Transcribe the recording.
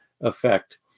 effect